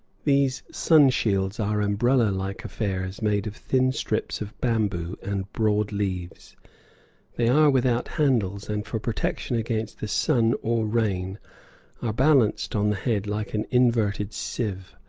these sun-shields are umbrella-like affairs made of thin strips of bamboo and broad leaves they are without handles, and for protection against the sun or rain are balanced on the head like an inverted sieve.